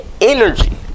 energy